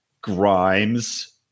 Grimes